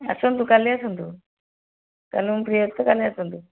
ଆସନ୍ତୁ କାଲି ଆସନ୍ତୁ କାଲି ମୁଁ ଫ୍ରି ଅଛି ତ କାଲି ଆସନ୍ତୁ